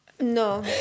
No